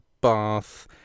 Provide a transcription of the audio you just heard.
bath